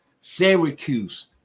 Syracuse